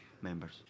members